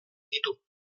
ditu